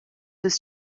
his